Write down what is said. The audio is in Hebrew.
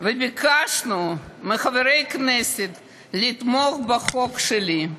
וביקשנו מחברי הכנסת לתמוך בחוק שלי.